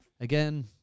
Again